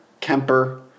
Kemper